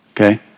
okay